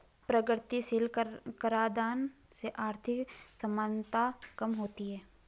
प्रगतिशील कराधान से आर्थिक असमानता कम होती है